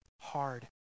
hard